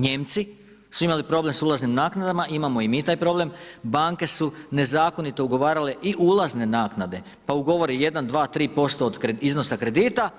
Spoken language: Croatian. Nijemci su imali problem sa ulaznim naknadama, imamo i mi taj problem, banke su nezakonito ugovarale i ulazne naknade pa ugovore jedan, dva, tri posto od iznosa kredita